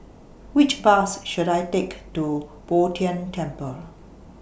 Which Bus should I Take to Bo Tien Temple